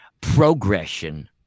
progression